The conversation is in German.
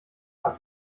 habt